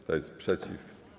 Kto jest przeciw?